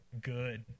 good